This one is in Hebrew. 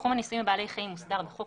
תחום הניסויים בבעלי חיים מוסדר בחוק